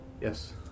yes